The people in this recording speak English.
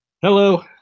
Hello